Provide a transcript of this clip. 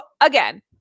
again